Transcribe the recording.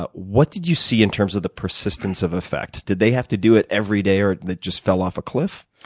ah what did you see in terms of the persistence of effect? did they have to do it every day or they just fell off a cliff?